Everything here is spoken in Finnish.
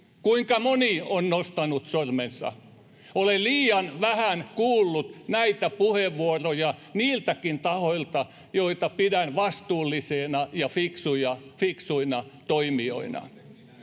Kuinka moni on nostanut sormensa? Olen liian vähän kuullut näitä puheenvuoroja niiltäkin tahoilta, joita pidän vastuullisina ja fiksuina toimijoina.